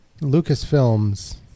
Lucasfilms